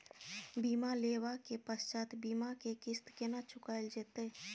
बीमा लेबा के पश्चात बीमा के किस्त केना चुकायल जेतै?